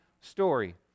story